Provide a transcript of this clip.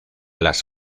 las